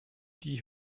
die